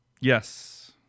Yes